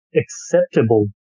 acceptable